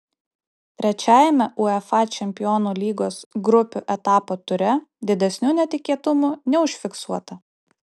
trečiajame uefa čempionų lygos grupių etapo ture didesnių netikėtumų neužfiksuota